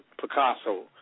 Picasso